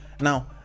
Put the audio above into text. Now